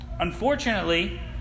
Unfortunately